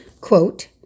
quote